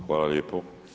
Hvala lijepo.